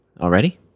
already